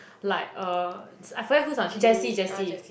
like uh I find who's on Jessie Jessie